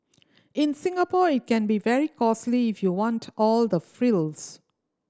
in Singapore it can be very costly if you want all the frills